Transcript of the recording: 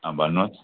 अँ भन्नुहोस्